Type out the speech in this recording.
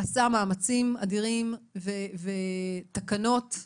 עשה מאמצים אדירים ותקנות